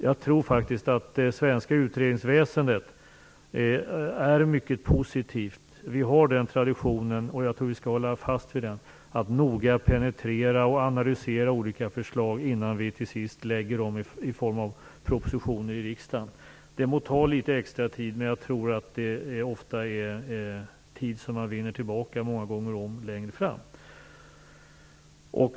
Jag tror faktiskt att det svenska utredningsväsendet är något mycket positivt. Vi har den traditionen, som jag tycker att vi skall hålla fast vid, att noga penetrera och analysera olika förslag innan vi till sist lägger fram dem i form av propositioner i riksdagen. Det må ta litet extra tid, men jag tror att det är tid som man ofta vinner tillbaka många gånger om längre fram.